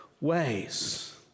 ways